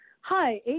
Hi